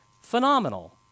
phenomenal